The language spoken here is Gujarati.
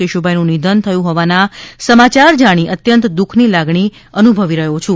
કેશુભાઈનું નિધન થયું હોવાના સમાચાર જાણી અત્યંત દુઃખની લાગણી અનુભવી રહ્યો છું